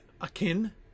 akin